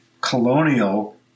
colonial